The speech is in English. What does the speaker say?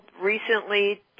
recently